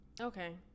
Okay